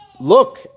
look